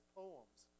poems